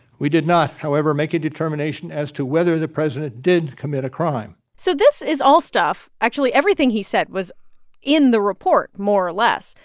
we did not, however, make a determination as to whether the president did commit a crime so this is all stuff actually, everything everything he said was in the report more or less.